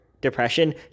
depression